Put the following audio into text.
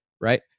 right